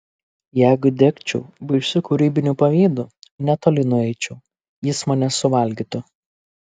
jeigu degčiau baisiu kūrybiniu pavydu netoli nueičiau jis mane suvalgytų